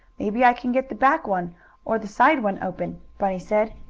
maybe i can get the back one or the side one open, bunny said.